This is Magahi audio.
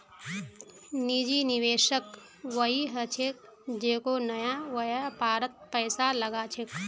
निजी निवेशक वई ह छेक जेको नया व्यापारत पैसा लगा छेक